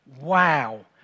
wow